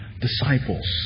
disciples